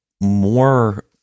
more